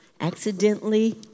accidentally